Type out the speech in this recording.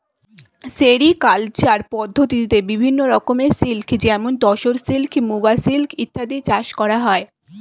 sericulture পদ্ধতিতে বিভিন্ন রকমের সিল্ক যেমন তসর সিল্ক, মুগা সিল্ক ইত্যাদি চাষ করা হয়